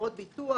חברות ביטוח,